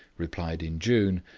replied in june,